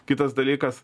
kitas dalykas